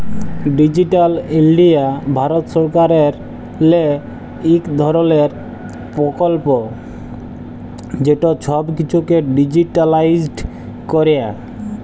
digital India Bharat সরকারেরলে ইক ধরলের পরকল্প যেট ছব কিছুকে ডিজিটালাইস্ড ক্যরে